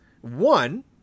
one